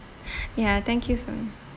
ya thank you sir